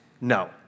no